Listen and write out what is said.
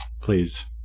Please